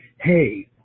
Hey